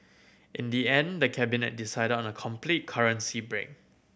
in the end the Cabinet decided on a complete currency break